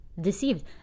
Deceived